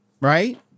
Right